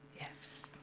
Yes